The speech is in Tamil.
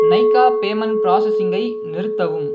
நைகா பேமெண்ட் பிராசஸிங்கை நிறுத்தவும்